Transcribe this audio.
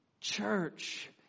Church